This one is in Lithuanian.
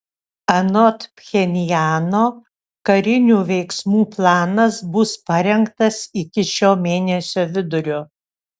anot pchenjano karinių veiksmų planas bus parengtas iki šio mėnesio vidurio